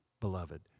beloved